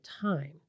time